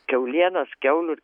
kiaulienos kiaulių